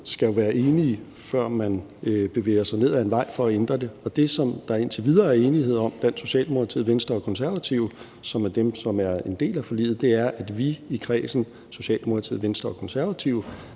skal jo være enige, før man bevæger sig ned ad en vej for at ændre det. Og det, som der indtil videre er enighed om blandt Socialdemokratiet, Venstre og Konservative, som er dem, som er en del af forliget, er, at vi i kredsen af Socialdemokratiet, Venstre og Konservative